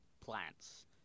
plants